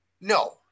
No